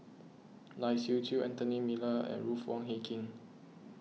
Lai Siu Chiu Anthony Miller and Ruth Wong Hie King